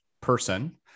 person